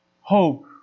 hope